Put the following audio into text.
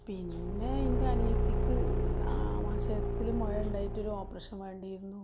പിന്നെ എൻ്റെ അനിയത്തിക്ക് ആമാശയത്തിൽ മുഴയുണ്ടായിട്ട് ഒരു ഓപറേഷൻ വേണ്ടിയിരുന്നു